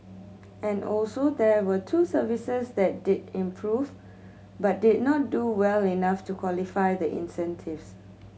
and also there were two services that did improve but did not do well enough to qualify the incentives